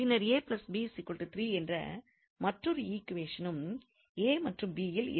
பின்னர் என்ற மற்றொரு ஈக்வேஷனும் மற்றும் யில் இருக்கிறது